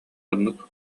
оннук